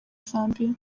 zambiya